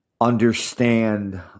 understand